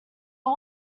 but